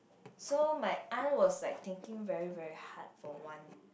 so my aunt was like thinking very very hard for one